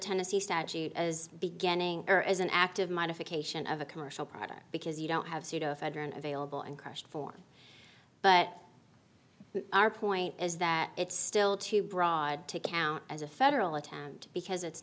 tennessee statute as beginning or as an active modification of a commercial product because you don't have pseudoephedrine available and crushed for but our point is that it's still too broad to count as a federal attempt because it's